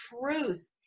truth